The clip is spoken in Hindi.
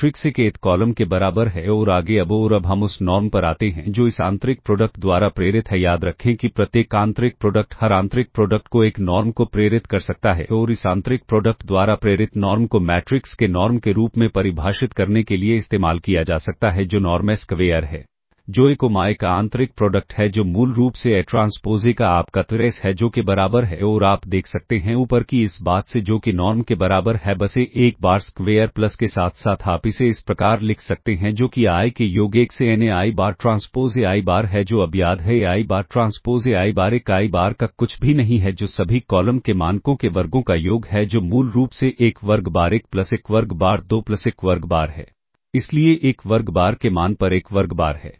मैट्रिक्स A के ith कॉलम के बराबर है और आगे अब और अब हम उस नॉर्म पर आते हैं जो इस आंतरिक प्रोडक्ट द्वारा प्रेरित है याद रखें कि प्रत्येक आंतरिक प्रोडक्ट हर आंतरिक प्रोडक्ट को एक नॉर्म को प्रेरित कर सकता है और इस आंतरिक प्रोडक्ट द्वारा प्रेरित नॉर्म को मैट्रिक्स के नॉर्म के रूप में परिभाषित करने के लिए इस्तेमाल किया जा सकता है जो नॉर्म A स्क्वेयर है जो A कोमा A का आंतरिक प्रोडक्ट है जो मूल रूप से A ट्रांसपोज़ A का आपका ट्रेस है जो के बराबर है और आप देख सकते हैं ऊपर की इस बात से जो कि नॉर्म के बराबर है बस A 1 बार स्क्वेयर प्लस के साथ साथ आप इसे इस प्रकार लिख सकते हैं जो कि I के योग 1 से N A i बार ट्रांसपोज़ A i बार है जो अब याद है A i बार ट्रांसपोज़ A i बार एक i बार का कुछ भी नहीं है जो सभी कॉलम के मानकों के वर्गों का योग है जो मूल रूप से एक वर्ग बार 1 प्लस एक वर्ग बार 2 प्लस एक वर्ग बार है इसलिए एक वर्ग बार के मान पर एक वर्ग बार है